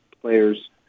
players